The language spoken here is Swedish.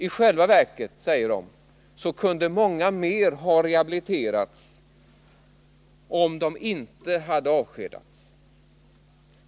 I själva verket, säger de, kunde många fler ha rehabiliterats, om de inte hade avskedats.